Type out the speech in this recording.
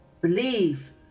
believe